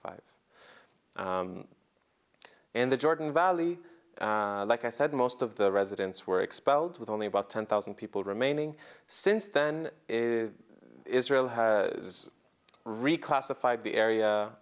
in the jordan valley like i said most of the residents were expelled with only about ten thousand people remaining since then is israel had reclassified the area